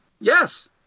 Yes